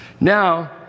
Now